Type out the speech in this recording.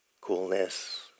coolness